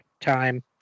time